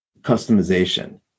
customization